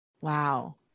Wow